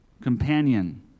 Companion